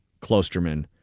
Klosterman